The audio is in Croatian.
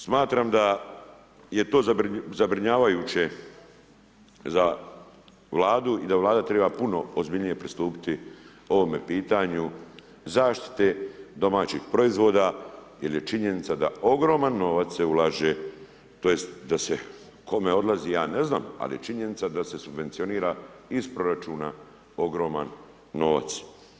Smatram da je to zabrinjavajuće za vladu i da vlada treba puno ozbiljnije pristupiti ovome pitanju zaštite domaćih proizvoda, jer je činjenica da ogroman novac se ulaže, tj. da se, kome odlazi ja ne znam, ali je činjenica da se subvencionira iz proračuna ogroman novac.